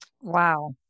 Wow